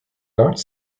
arts